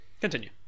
continue